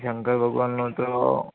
શંકર ભગવાનનું તો